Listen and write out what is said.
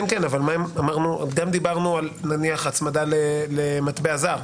כן, אבל דיברנו גם על הצמדה למטבע זר.